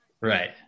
Right